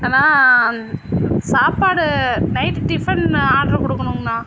அண்ணா சாப்பாடு night tiffin order கொடுக்கணுங்கணா